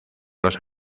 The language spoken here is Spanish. los